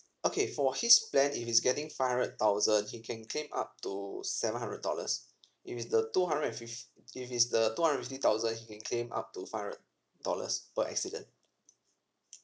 okay for his plan if he's getting five hundred thousand he can claim up to seven hundred dollars if it's the two hundred and fif~ if it's the two hundred and fifty thousand he can claim up to five hundred dollars per accident